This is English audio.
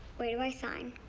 where do i sign?